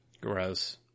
Gross